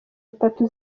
atatu